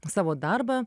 savo darbą